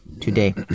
today